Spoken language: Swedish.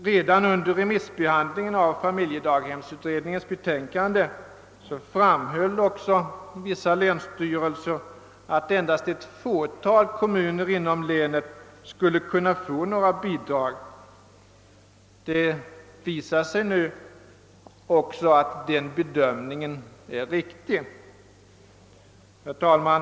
Redan under remissbehandlingen av familjedaghemsutredningens betänkande framhöll också vissa länsstyrelser att endast ett fåtal kommuner inom länet skulle kunna få något bidrag. Det visar sig nu att den bedömningen är riktig. ee Herr talman!